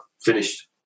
finished